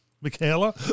Michaela